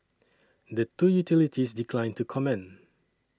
the two utilities declined to comment